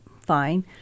fine